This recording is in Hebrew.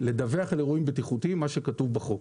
לדווח על אירועים בטיחותיים כפי שכתוב בחוק.